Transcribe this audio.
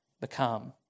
become